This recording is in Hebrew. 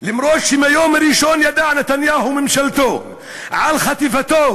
אף שמהיום הראשון ידעו נתניהו וממשלתו על חטיפתו